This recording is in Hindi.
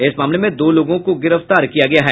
इस मामले में दो लोगों को गिरफ्तार किया गया है